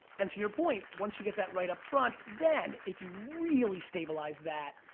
and to your point once you get that right upfront, then if you really stabilize that,